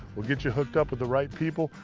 we'll get you hooked up with the right people.